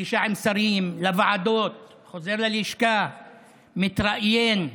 לפגישה עם שרים, לוועדות, חוזר ללשכה, מתראיין.